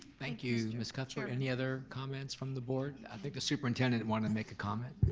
thank you, miss cuthbert. any other comments from the board? i think the superintendent wanted to make a comment.